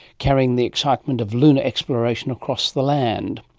carrying the excitement of lunar exploration across the land.